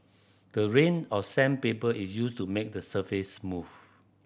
the range of sandpaper is used to make the surface smooth